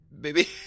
Baby